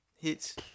hits